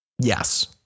Yes